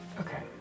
Okay